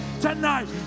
tonight